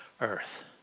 earth